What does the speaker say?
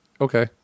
okay